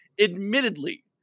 Admittedly